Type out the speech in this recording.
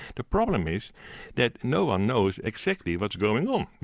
the problem is that no one knows exactly what's going on,